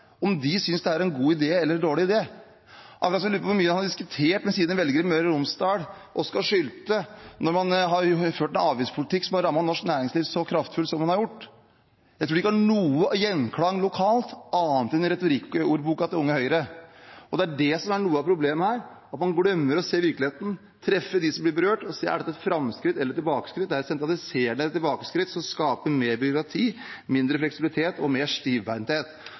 om de synes det er en god idé eller en dårlig idé. Jeg lurer på hvor mye han har diskutert med sine velgere i Møre og Romsdal – Oskar Sylte – når man har ført en avgiftspolitikk som har rammet norsk næringsliv så kraftfullt som den har gjort. Jeg tror det ikke har noe gjenklang lokalt, annet enn i retorikkordboka til Unge Høyre. Det er det som er noe av problemet her; man glemmer å se virkeligheten, treffe dem som blir berørt, og si: Er dette et framskritt eller et tilbakeskritt? Dette er et sentraliserende tilbakeskritt som skaper mer byråkrati, mindre fleksibilitet og mer